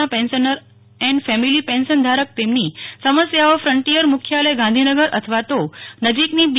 ના pensioner and family pension ધારક તેમની સમસ્યાઓ ફ્રન્ટિયર મુખ્યાલય ગાંધીનગર અથવા તો નજીકની બી